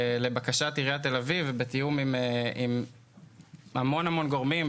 לבקשת עיריית תל אביב ובתיאום עם המון גורמים,